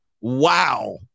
wow